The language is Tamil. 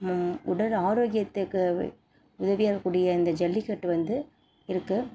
உடல் ஆரோக்கியத்துக்கு உதவியாக இருக்கக்கூடிய இந்த ஜல்லிக்கட்டு வந்து இருக்குது